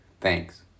Thanks